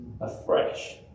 afresh